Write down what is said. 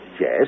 Yes